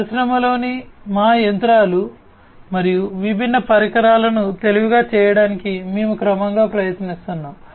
పరిశ్రమలోని మా యంత్రాలు మరియు విభిన్న పరికరాలను తెలివిగా చేయడానికి మేము క్రమంగా ప్రయత్నిస్తున్నాము